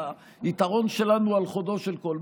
היתרון שלנו על חודו של קול.